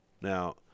Now